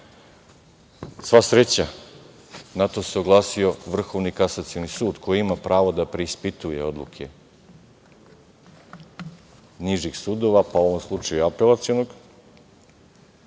sreća na to se oglasio Vrhovni kasacioni sud koji ima pravo da preispituje odluke nižih sudova, u ovom slučaju Apelacionog,